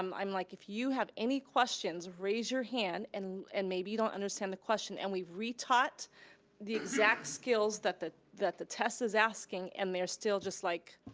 um i'm like, if you have any questions, raise your hand, and and maybe you don't understand the question, and we retaught the exact skills that the that the test is asking and they're still just like,